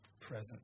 present